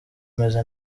meze